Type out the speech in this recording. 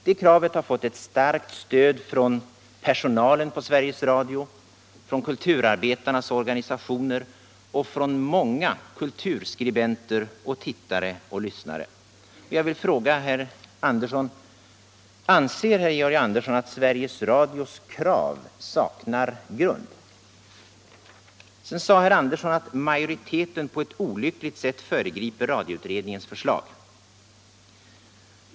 Det kravet har fått ett starkt stöd från personalen på Sveriges Radio, från kulturarbetarnas organisationer och från många kulturskribenter och tittare och lyssnare. Jag vill fråga: Anser herr Georg Andersson att Sveriges Radios krav saknar grund? Herr Andersson sade att majoriteten på ett otillåtligt sätt föregriper radioutredningens förslag.